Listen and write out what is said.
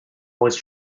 voice